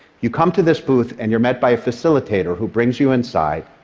you come to this booth and you're met by a facilitator who brings you inside.